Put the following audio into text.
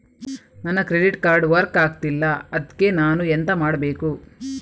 ನನ್ನ credit card work ಆಗ್ತಿಲ್ಲ ಅದ್ಕೆ ನಾನು ಎಂತ ಮಾಡಬೇಕು?